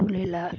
Jhulelal